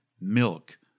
milk